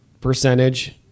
percentage